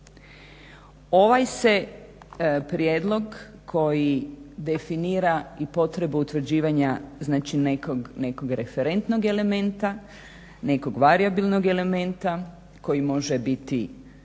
Ovaj se prijedlog koji definira i potrebu utvrđivanja znači nekog referentnog elementa, nekog varijabilnog elementa koji može biti